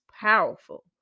powerful